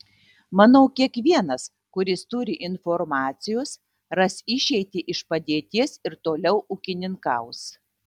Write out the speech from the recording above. manau kiekvienas kuris turi informacijos ras išeitį iš padėties ir toliau ūkininkaus